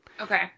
Okay